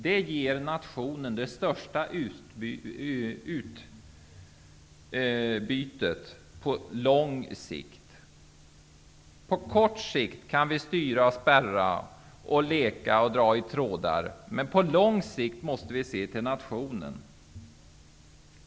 Det ger nationen det största utbytet på lång sikt. På kort sikt kan vi styra och spärra och leka och dra i trådar, men på lång sikt måste vi se till nationen.